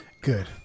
Good